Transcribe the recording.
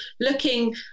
looking